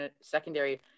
secondary